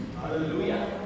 Hallelujah